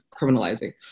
criminalizing